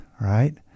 right